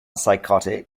psychotic